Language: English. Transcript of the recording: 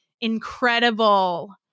incredible